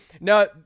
no